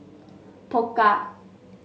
Pokka